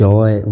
Joy